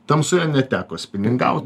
tamsoje neteko spiningaut